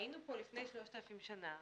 זה שהיינו כאן לפני 3,000 שנים,